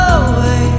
away